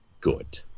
good